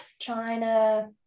China